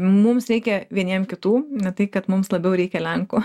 mums reikia vieniem kitų ne tai kad mums labiau reikia lenkų